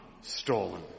stolen